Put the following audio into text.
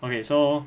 okay so